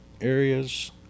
areas